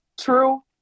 true